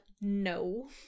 no